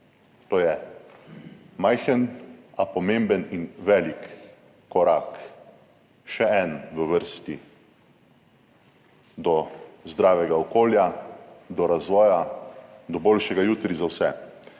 To je majhen, a pomemben in velik korak, še en v vrsti do zdravega okolja, do razvoja, do boljšega jutri za vse.